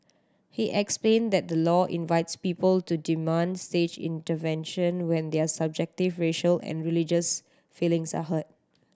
he explained that the law invites people to demand state intervention when their subjective racial and religious feelings are hurt